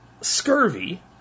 scurvy